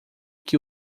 que